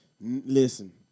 Listen